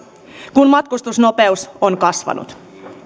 kun matkustusnopeus on kasvanut